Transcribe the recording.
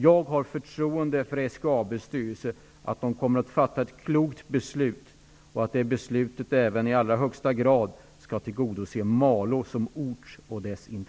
Jag har förtroende för ledamöterna i SGAB:s styrelse och att de kommer att fatta ett klokt beslut. Beslutet skall i allra högsta grad tillgodose de intressen Malå har som ort.